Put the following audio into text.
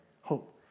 Hope